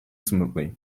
smoothly